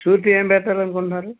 surety ఏమి పెట్టాలి అనుకుంటున్నారు